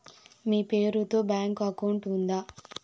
మీ పేరు తో bank account ఉందా?